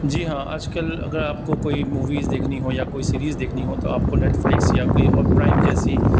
جی ہاں آج کل اگر آپ کو کوئی موویز دیکھنی ہو یا کوئی سیریز دیکھنی ہو تو آپ کو نیٹفلکس یا کوئی اور پرائم جیسی